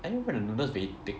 I remember the noodles very thick